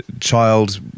child